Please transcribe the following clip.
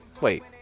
Wait